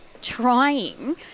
trying